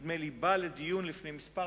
נדמה לי, בא לדיון לפני שנים מספר,